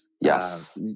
Yes